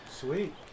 Sweet